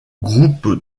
groupe